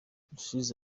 rusizi